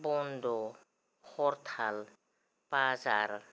बन्द' हरताल बाजार